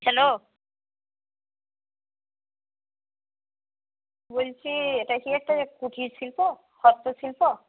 hello বলছি এটা কি একটা কুটিরশিল্প হস্তশিল্প